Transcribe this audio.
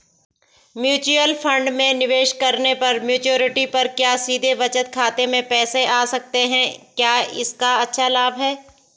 Mutual fund में निवेश करने पर मैच्योरिटी पर क्या सीधे बचत खाते में पैसे आ सकते हैं क्या इसका अच्छा लाभ है?